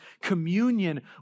communion